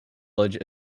village